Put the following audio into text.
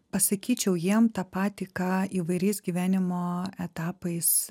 pasakyčiau jiem tą patį ką įvairiais gyvenimo etapais